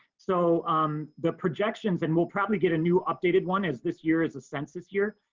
so um the projections and we'll probably get a new updated one as this year as a census year.